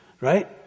right